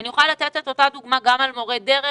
אני יכולה לתת את אותה דוגמה גם על מורי דרך